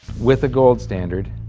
with a gold standard